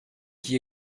qui